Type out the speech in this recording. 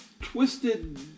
twisted